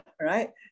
right